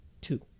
two